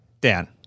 Dan